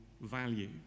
value